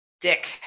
dick